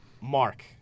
Mark